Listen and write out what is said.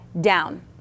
down